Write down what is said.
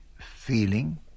feeling